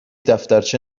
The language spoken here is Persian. دفترچه